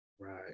Right